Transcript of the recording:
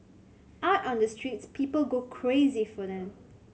out on the streets people go crazy for them